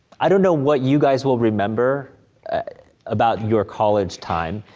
i don't know what you guys will remember about your college time,